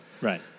Right